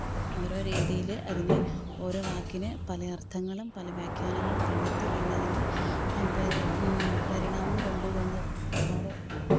ഓരോ രീതിയിൽ അതിനെ ഓരോ വാക്കിനെ പല അര്ത്ഥങ്ങളും പല വ്യാഖ്യാനങ്ങളും കണ്ടെത്തി ഇന്നതിനെ പരിണാമം കൊണ്ടുവന്ന് ഒരുപാട്